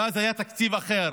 ואז היה תקציב אחר,